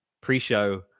pre-show